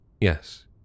Yes